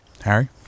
Harry